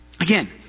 Again